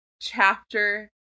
Chapter